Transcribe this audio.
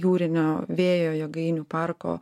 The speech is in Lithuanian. jūrinio vėjo jėgainių parko